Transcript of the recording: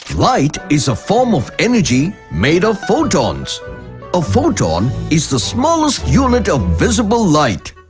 light is a form of energy made of photons a photon is the smallest unit of visible light.